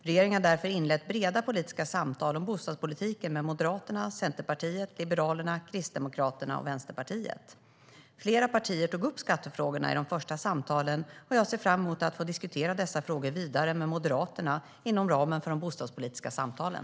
Regeringen har därför inlett breda politiska samtal om bostadspolitiken med Moderaterna, Centerpartiet, Liberalerna, Kristdemokraterna och Vänsterpartiet. Flera partier tog upp skattefrågorna i de första samtalen, och jag ser fram emot att få diskutera dessa frågor vidare med Moderaterna inom ramen för de bostadspolitiska samtalen.